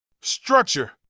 Structure